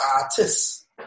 artists